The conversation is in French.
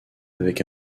avec